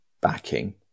backing